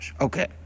Okay